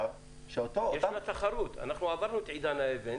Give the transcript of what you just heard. יש תחרות, עברנו את עידן האבן